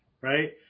right